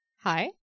Hi